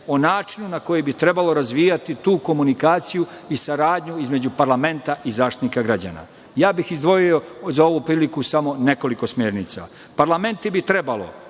o načinu na koji bi trebalo razvijati tu komunikaciju i saradnju između parlamenta i Zaštitnika građana. Ja bih izdvojio za ovu priliku samo nekoliko smernica. Parlamenti bi trebalo